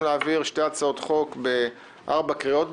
להעביר שתי הצעות חוק בארבע קריאות,